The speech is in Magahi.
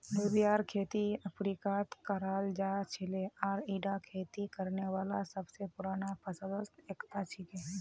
लोबियार खेती अफ्रीकात कराल जा छिले आर ईटा खेती करने वाला सब स पुराना फसलत स एकता छिके